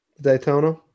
Daytona